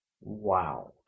Wow